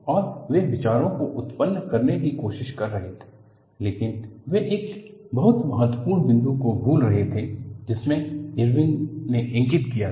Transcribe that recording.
और वे विचारों को उत्पन्न करने की कोशिश कर रहे थे लेकिन वे एक बहुत महत्वपूर्ण बिंदु को भूल रहे थे जिसे इरविन ने इंगित किया था